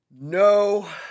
no